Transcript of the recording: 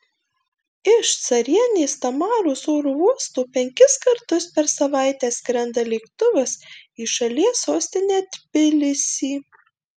iš carienės tamaros oro uosto penkis kartus per savaitę skrenda lėktuvas į šalies sostinę tbilisį